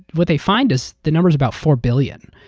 what they find is the number is about four billion